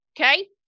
okay